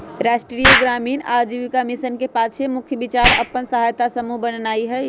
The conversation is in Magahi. राष्ट्रीय ग्रामीण आजीविका मिशन के पाछे मुख्य विचार अप्पन सहायता समूह बनेनाइ हइ